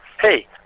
Hey